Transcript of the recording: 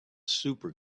super